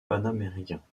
panaméricains